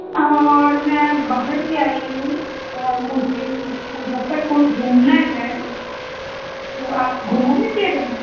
और मैं बाहर से आई हूँ और मुझे मुज़फ़्फ़रपुर घूमना है तो आप घूमा दीजिएगा